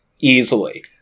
easily